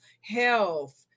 health